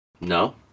No